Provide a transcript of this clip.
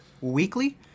weekly